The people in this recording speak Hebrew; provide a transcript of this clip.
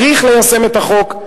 צריך ליישם את החוק.